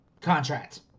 contract